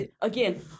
Again